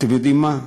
אתם יודעים מה?